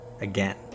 again